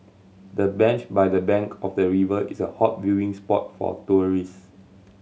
the bench by the bank of the river is a hot viewing spot for tourist